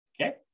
okay